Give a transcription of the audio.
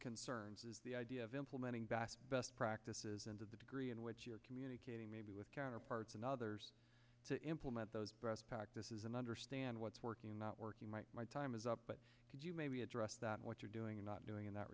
concerns is the idea of implementing best best practices and to the degree in which you're communicating maybe with counterparts and others to implement those best practices and understand what's working and not working my my time is up but could you maybe address that what you're doing or not doing in that